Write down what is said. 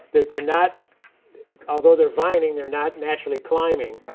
they they are not although they are vining, they are not naturally climbing.